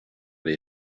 that